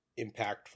impactful